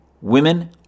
women